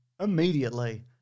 immediately